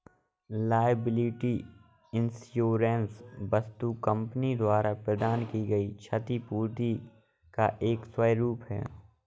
liability insurance वस्तुतः company द्वारा प्रदान की गई क्षतिपूर्ति का एक स्वरूप है